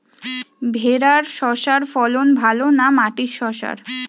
ভেরার শশার ফলন ভালো না মাটির শশার?